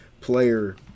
player